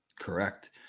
Correct